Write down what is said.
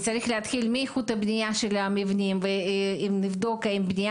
צריך להתחיל מאיכות הבנייה של המבנים ולבדוק האם בנייה